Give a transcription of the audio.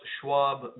Schwab